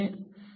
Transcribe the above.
વિદ્યાર્થી